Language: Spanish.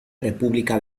república